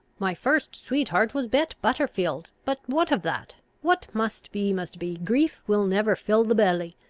my first sweetheart was bet butterfield, but what of that? what must be must be grief will never fill the belly.